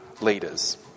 leaders